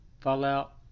Fallout